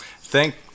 Thank